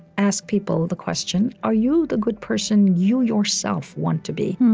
ask people the question, are you the good person you yourself want to be?